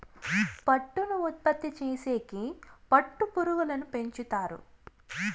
పట్టును ఉత్పత్తి చేసేకి పట్టు పురుగులను పెంచుతారు